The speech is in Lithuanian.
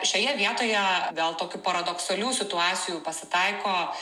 šioje vietoje gal tokių paradoksalių situacijų pasitaiko